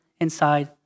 inside